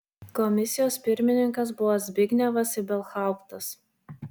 komisijos pirmininkas buvo zbignevas ibelhauptas